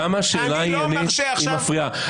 למה שאלה עניינית היא מפריעה?